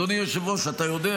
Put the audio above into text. אדוני היושב-ראש, אתה יודע